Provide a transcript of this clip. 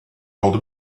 old